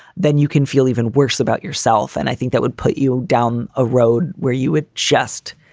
then you can feel even worse about yourself. and i think that would put you down a road where you would just